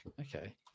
Okay